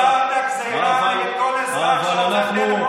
אתה גזרת גזרה על כל אזרח,